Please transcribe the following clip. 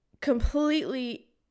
completely